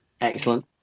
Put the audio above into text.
excellent